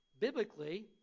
Biblically